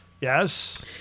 Yes